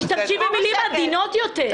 תשמשי במילים עדינות יותר.